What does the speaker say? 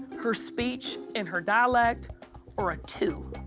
her speech and her dialect are a two.